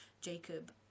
Jacob